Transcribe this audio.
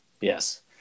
Yes